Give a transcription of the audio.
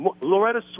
Loretta